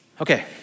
Okay